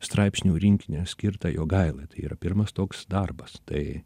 straipsnių rinkinį skirtą jogaila tai yra pirmas toks darbas tai